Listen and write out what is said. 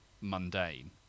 mundane